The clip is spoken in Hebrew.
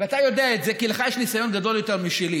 ואתה יודע את זה כי לך יש ניסיון גדול יותר משלי,